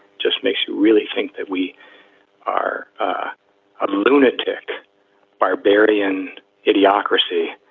just makes you really think that we are a lunatic barbarian idiocracy,